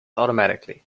automatically